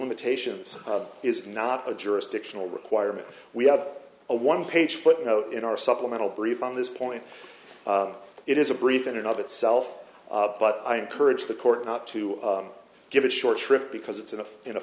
limitations is not a jurisdictional requirement we have a one page footnote in our supplemental brief on this point it is a brief in another itself but i encourage the court not to give it short shrift because it's in a in a